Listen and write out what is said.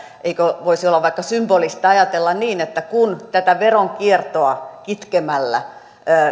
eikö voisi olla vaikka symbolista ajatella niin että kun tätä veronkiertoa kitkemällä